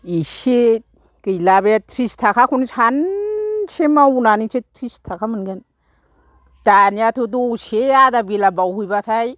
इसे गैला बे ट्रिस थाखाखौनो सानसे मावनानैसो ट्रिस थाखा मोनगोन दानियाथ' दसे आदा बेला मावैबाथाय